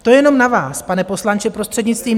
To jenom na vás, pane poslanče, prostřednictvím...